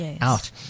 out